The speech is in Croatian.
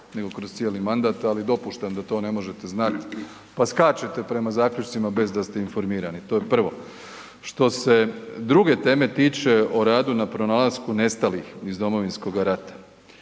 nego kroz cijeli mandat, ali dopuštam da to ne možete znat pa skačete prema zaključcima bez da ste informirani, to je prvo. A što se druge teme tiče o radu na pronalasku nestalih iz Domovinskog rata,